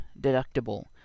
deductible